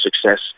success